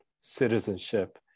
citizenship